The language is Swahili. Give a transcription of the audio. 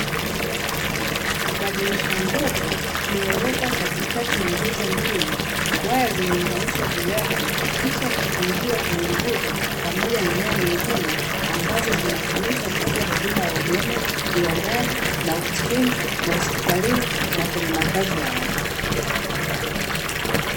Kibadilisha nguvu kimewekwa katikati ya nguzo mbili, waya zimeunganishwa juu yake kisha kufungiwa kwenye nguzo pamoja na nyaya nyingine, ambazo zinatumika kutoa huduma ya umeme viwandani, maofisini, mahospitalini na kwenye makazi ya watu.